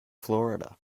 florida